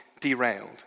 derailed